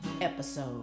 episode